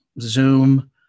Zoom